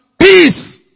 peace